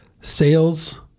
sales